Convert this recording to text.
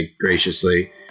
graciously